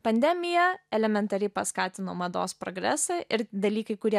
pandemija elementariai paskatino mados progresą ir dalykai kurie